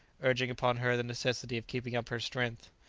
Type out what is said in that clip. urging upon her the necessity of keeping up her strength.